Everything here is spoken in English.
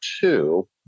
two